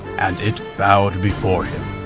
and it bowed before him.